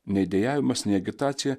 nei dejavimas nei agitacija